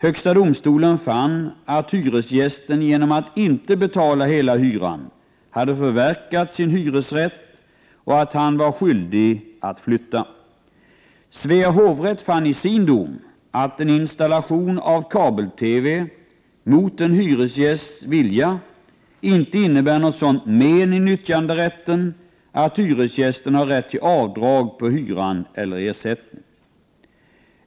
Högsta domstolen fann att hyresgästen genom att inte betala hela hyran hade förverkat sin hyresrätt och att han var skyldig att flytta. Svea hovrätt fann i sin dom att en installation av kabel-TV mot en hyresgästs vilja inte innebär ett sådant men i nyttjanderätten att hyresgästen har rätt till avdrag på hyran eller ersättning.